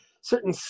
certain